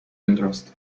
interest